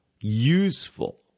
useful